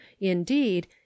Indeed